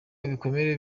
ibikomere